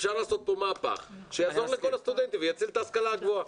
אפשר לעשות פה מהפך שיעזור לכל הסטודנטים ויציל את ההשכלה הגבוהה.